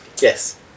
Yes